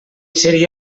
seria